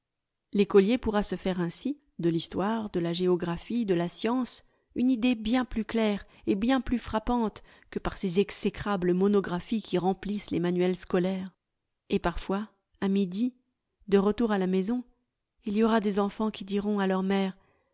l'écolier pourra se faire ainsi de l'histoire de la géographie de la science une idée bien plus claire et bien plus frappante que par ces exécrables monographies qui remplissent les manuels scolaires et parfois à midi de retour à la maison il y aura des enfants qui diront à leur mère